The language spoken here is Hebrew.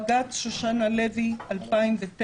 בג"ץ שושנה לוי 2009,